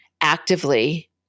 actively